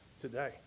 today